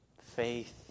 Faith